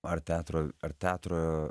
ar teatro ar teatro